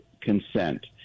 consent